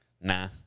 nah